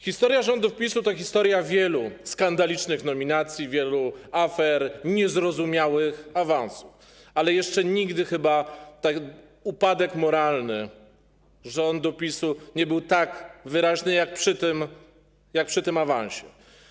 Historia rządów PiS-u to historia wielu skandalicznych nominacji, wielu afer, niezrozumiałych awansów ale jeszcze nigdy chyba tak upadek moralny rządu PiS-u nie był tak wyraźny jak przy tym awansie.